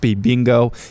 bingo